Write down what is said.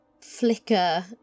flicker